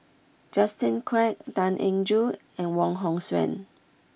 Justin Quek Tan Eng Joo and Wong Hong Suen